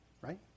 Right